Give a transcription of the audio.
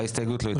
ההסתייגות נדחתה.